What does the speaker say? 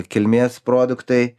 kilmės produktai